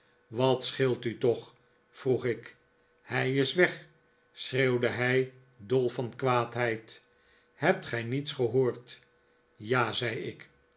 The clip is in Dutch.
wat scheelt u toch vroeg ik hij is weg schreeuwde hij dol van kwaadheid hebt gij niets gehoord ja zei ik